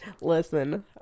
listen